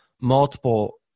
multiple